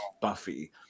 Buffy